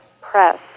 press